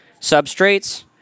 substrates